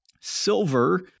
Silver